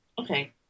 okay